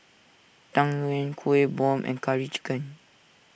Tang Yuen Kueh Bom and Curry Chicken